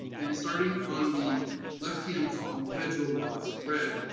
and starting on the left hand column, federal laws, in red,